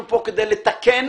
אנחנו פה כדי לתקן